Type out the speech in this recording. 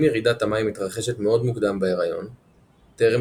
אם ירידת המים מתרחשת מאוד מוקדם בהריון טרם